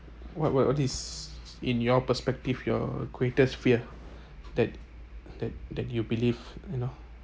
what what what is in your perspective your greatest fear that that that you believe you know